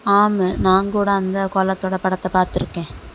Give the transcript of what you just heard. ஆமை நான் கூட அந்த கோலத்தோடய படத்தை பார்த்துருக்கேன்